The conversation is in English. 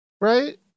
right